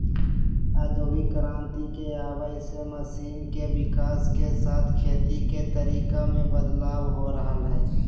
औद्योगिक क्रांति के आवय से मशीन के विकाश के साथ खेती के तरीका मे बदलाव हो रहल हई